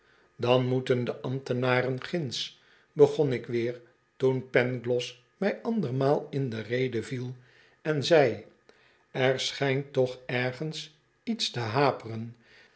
dan moeten de ambtenaren ginds begon ik weer toen pangloss mij andermaal in de rede viel en zei er schijnt toch ergens iets te haperen